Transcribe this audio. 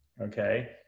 okay